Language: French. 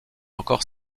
encore